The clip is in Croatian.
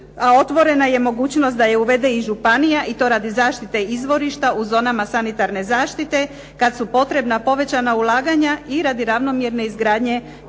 otvorena je mogućnost da je uvede i županija i to radi zaštite izvorišta u zonama sanitarne zaštite, kad su potrebna povećana ulaganja i radi ravnomjerne izgradnje